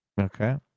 Okay